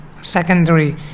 secondary